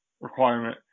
requirement